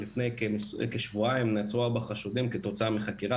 לפני כשבועיים נעצרו ארבעה חשודים כתוצאה מחקירה